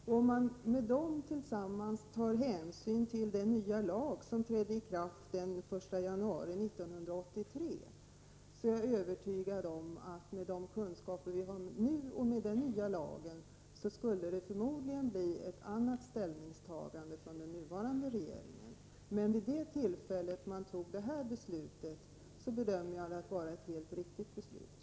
Med hänsyn till de kunskaper vi i dag har och den nya lag som trädde i kraft den 1 januari 1983 är jag övertygad om att det förmodligen skulle bli ett annat ställningstagande från den nuvarande regeringen. Men med tanke på förhållandena vid det tillfälle när det nu diskuterade beslutet togs, bedömer jag det vara ett helt riktigt beslut.